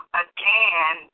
again